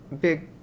big